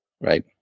Right